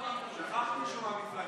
שכחתי שהוא מהמפלגה,